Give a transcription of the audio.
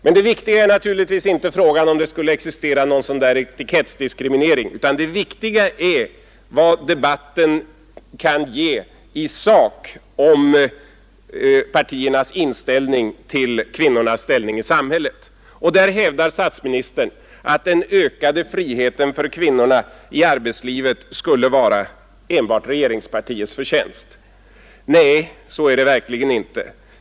Men det viktiga är naturligtvis inte frågan om det skulle existera någon sådan där etikettsdiskriminering, utan det viktiga är vad debatten kan ge i sak när det gäller partiernas syn på kvinnornas ställning i samhället. Statsministern hävdar att den ökade friheten för kvinnorna i arbetslivet skulle vara enbart regeringspartiets förtjänst. Nej, så är det verkligen inte.